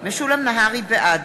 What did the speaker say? בעד